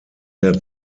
der